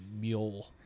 mule